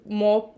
more